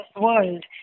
world